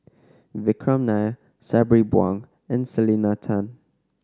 Vikram Nair Sabri Buang and Selena Tan